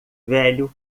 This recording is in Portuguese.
velho